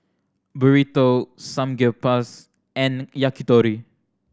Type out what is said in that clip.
Burrito Samgeyopsal and Yakitori